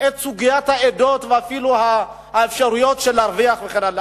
את סוגיית העדות ואפילו באפשרויות של להרוויח וכן הלאה.